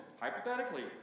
hypothetically